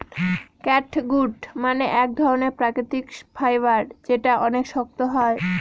catgut মানে এক ধরনের প্রাকৃতিক ফাইবার যেটা অনেক শক্ত হয়